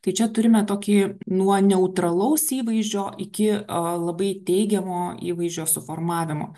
tai čia turime tokį nuo neutralaus įvaizdžio iki labai teigiamo įvaizdžio suformavimo